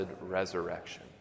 resurrection